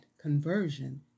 conversion